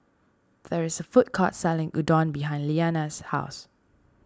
there is a food court selling Udon behind Lilyana's house